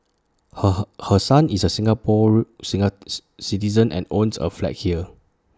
her her her son is A Singapore citizen and owns A flat here